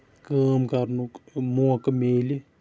کٲم کَرنُک موقع مِلہِ